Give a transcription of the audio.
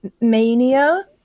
mania